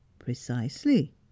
precisely